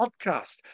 podcast